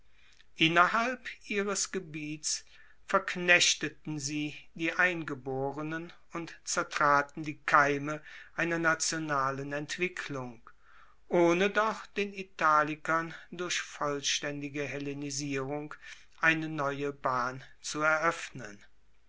innerhalb ihres gebiets verknechteten sie die eingeborenen und zertraten die keime einer nationalen entwicklung ohne doch den italikern durch vollstaendige hellenisierung eine neue bahn zu eroeffnen